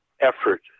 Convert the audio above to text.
effort